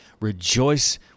Rejoice